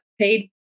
paid